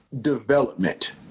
development